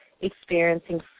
experiencing